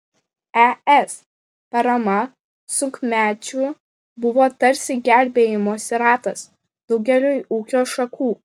es parama sunkmečiu buvo tarsi gelbėjimosi ratas daugeliui ūkio šakų